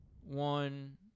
one